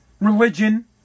religion